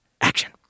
action